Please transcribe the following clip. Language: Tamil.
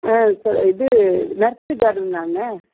ஆ சார் இது இது நர்சரி கார்டனாண்ணா